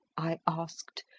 i asked,